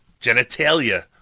genitalia